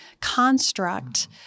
construct